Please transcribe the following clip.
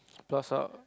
pass up